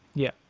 yeah.